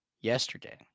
yesterday